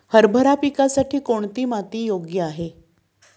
हरभरा पिकासाठी कोणती माती योग्य आहे?